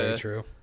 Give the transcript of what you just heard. true